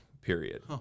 period